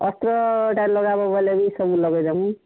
ଅସ୍ତ୍ରଟା ଲଗାବୋ ବୋଲେ ବି ସବୁ ଲଗେଇଦେମୁଁ